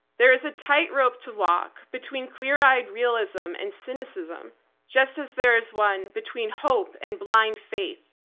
there is a tightrope to walk between clear-eyed realism and cynicism just as there is one between hope and blind faith.